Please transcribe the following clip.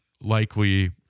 likely